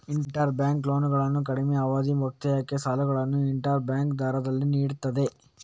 inter bank ಲೋನ್ಗಳು ಕಡಿಮೆ ಅವಧಿಯ ಮುಕ್ತಾಯಕ್ಕೆ ಸಾಲಗಳನ್ನು ಇಂಟರ್ ಬ್ಯಾಂಕ್ ದರದಲ್ಲಿ ನೀಡುತ್ತದೆ